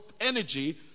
energy